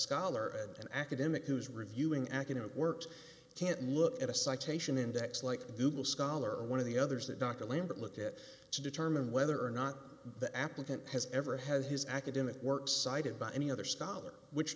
scholar and an academic who's reviewing academic works can't look at a citation index like google scholar or one of the others that dr lambert looked at to determine whether or not the applicant has ever had his academic work cited by any other scholar which